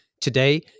Today